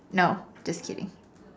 no just kidding